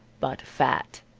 but fat.